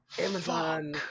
Amazon